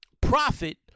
profit